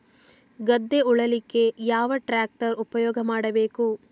ಗದ್ದೆ ಉಳಲಿಕ್ಕೆ ಯಾವ ಟ್ರ್ಯಾಕ್ಟರ್ ಉಪಯೋಗ ಮಾಡಬೇಕು?